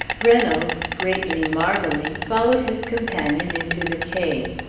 reynolds, greatly marvelling, followed his com panion into the cave.